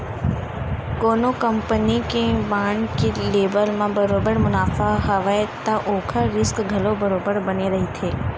कोनो कंपनी के बांड के लेवब म बरोबर मुनाफा हवय त ओखर रिस्क घलो बरोबर बने रहिथे